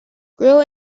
grow